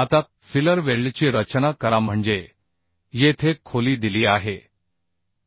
आता फिलर वेल्डची रचना करा म्हणजे येथे खोली दिली आहे